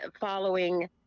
following